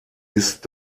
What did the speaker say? ist